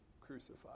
crucified